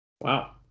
Wow